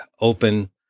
open